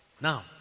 Now